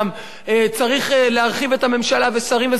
צריך להרחיב את הממשלה, ושרים וסגני שרים?